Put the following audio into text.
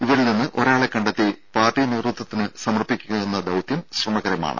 ഇവരിൽ നിന്ന് ഒരാളെ കണ്ടെത്തി പാർട്ടി നേതൃത്വത്തിന് സമർപ്പിക്കുകയെന്ന ദൌത്യം ശ്രമകരമാണ്